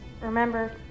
remember